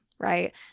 right